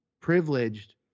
privileged